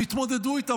והתמודדו איתה.